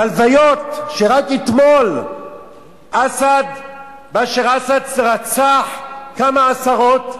בלוויות, רק אתמול בשאר אסד רצח כמה עשרות,